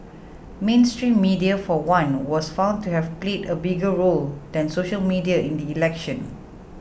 mainstream media for one was found to have played a bigger role than social media in the election